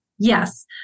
Yes